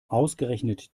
ausgerechnet